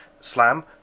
slam